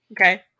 Okay